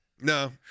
No